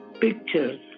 pictures